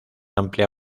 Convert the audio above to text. amplia